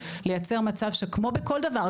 לייצר מצב שכמו בכל דבר,